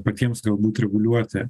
patiems galbūt reguliuoti